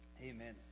Amen